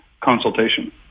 consultation